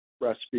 recipe